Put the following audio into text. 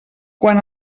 quan